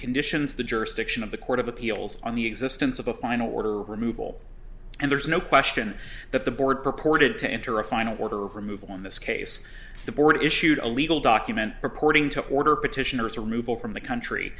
conditions the jurisdiction of the court of appeals on the existence of a final order removal and there's no question that the board purported to enter a final order of removal in this case the board issued a legal document purporting to order petitioners removal from the country